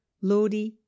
lodi